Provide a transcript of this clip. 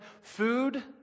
food